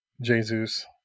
Jesus